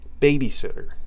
babysitter